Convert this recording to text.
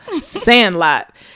Sandlot